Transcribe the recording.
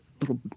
little